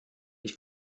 ich